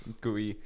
gooey